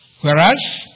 whereas